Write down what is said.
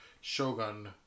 Shogun